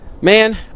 Man